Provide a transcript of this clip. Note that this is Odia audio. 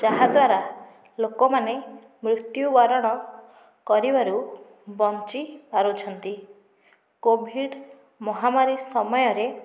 ଯାହାଦ୍ୱାରା ଲୋକମାନେ ମୃତ୍ୟୁବରଣ କରିବାରୁ ବଞ୍ଚି ପାରୁଛନ୍ତି କୋଭିଡ଼ ମହାମାରୀ ସମୟରେ